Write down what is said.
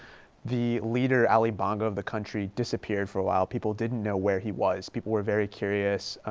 the leader, ali bongo, of the country disappeared for a while. people didn't know where he was. people were very curious.